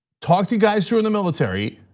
talk to you guys who are in the military,